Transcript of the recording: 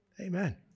Amen